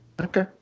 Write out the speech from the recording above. Okay